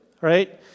right